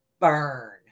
burn